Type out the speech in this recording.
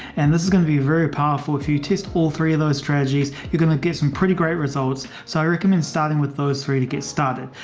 and this is going to be very powerful. if you test all three of those strategies, you're going to get some pretty great results. so i recommend starting with those three to get started.